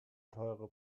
teure